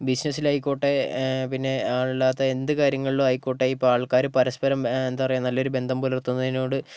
ബിസിനസ്സിലായിക്കോട്ടെ പിന്നെ അല്ലാത്ത എന്ത് കാര്യങ്ങളിലും ആയിക്കോട്ടെ ഇപ്പോൾ ആൾക്കാർ പരസ്പരം എന്താ പറയുക നല്ലൊരു ബന്ധം പുലർത്തുന്നതിനോട്